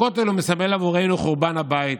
הכותל מסמל בעבורנו את חורבן הבית,